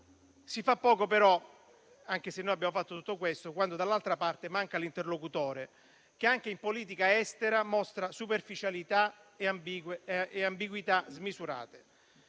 pubbliche. Però, anche se noi abbiamo fatto tutto questo, poco si realizza, quando dall'altra parte manca l'interlocutore che anche in politica estera mostra superficialità e ambiguità smisurate.